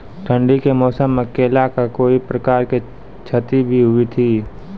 ठंडी के मौसम मे केला का कोई प्रकार के क्षति भी हुई थी?